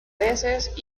veces